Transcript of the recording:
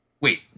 wait